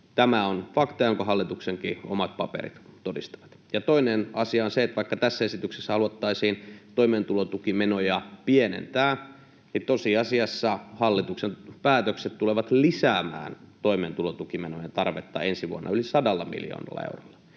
Tämä on fakta, jonka hallituksen omatkin paperit todistavat. Toinen asia on se, että vaikka tässä esityksessä haluttaisiin toimeentulotukimenoja pienentää, niin tosiasiassa hallituksen päätökset tulevat lisäämään toimeentulotukimenojen tarvetta ensi vuonna yli sadalla miljoonalla eurolla.